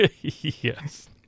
Yes